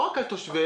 לא רק על תושביהם,